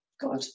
God